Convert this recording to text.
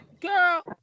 girl